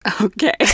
Okay